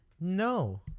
No